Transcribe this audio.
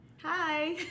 hi